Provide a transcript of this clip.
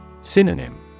Synonym